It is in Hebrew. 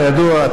כידוע,